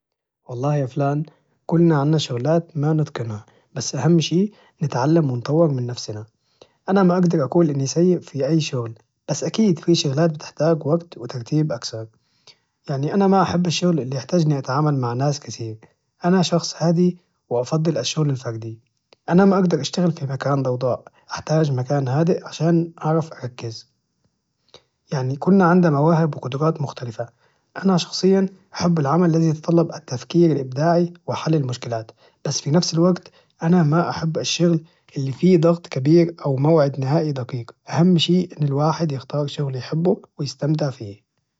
والله يا فلان كلنا عنا شغلات ما نتقنها بس أهم شي نتعلم ونطور من نفسنا انا ما أجدر أقول إني سيء في اي شغل بس أكيد في شغلات بتحتاج وقت وترتيب أكثر يعني أنا ما أحب الشغل اللي يحتاج إني أتعامل مع ناس كتير أنا شخص هادي وأفضل الشغل الفردي انا ما أجدر أشتغل في مكان ضوضاء أحتاج مكان هاديء عشان أعرف أركز يعني كلنا عنا مواهب وقدرات مختلفة انا شخصيا أحب العمل الذي يتطلب التفكير الإبداعي واحل المشكلات بس في نفس الوقت أنا ما أحب الشغل اللي فيه ضغط كبير أو موعد نهائي دقيق أهم شي انه الواحد يختار شغل يحبه ويستمتع فيه